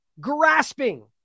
grasping